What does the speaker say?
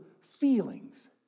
feelings